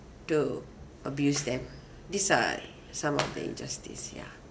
to abuse them these are some of the injustice ya